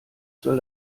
soll